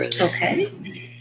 Okay